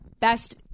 Best